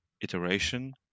iteration